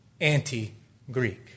anti-Greek